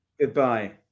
Goodbye